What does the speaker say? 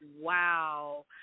wow